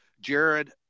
Jared